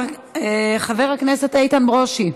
חבר הכנסת איתן ברושי,